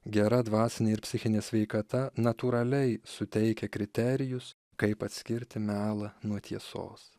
gera dvasinė ir psichinė sveikata natūraliai suteikia kriterijus kaip atskirti melą nuo tiesos